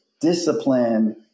discipline